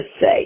say